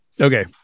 Okay